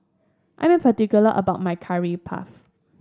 I am particular about my Curry Puff